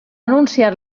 anunciar